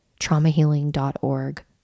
traumahealing.org